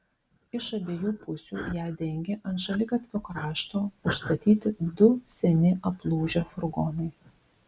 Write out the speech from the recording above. iš abiejų pusių ją dengė ant šaligatvio krašto užstatyti du seni aplūžę furgonai